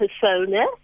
persona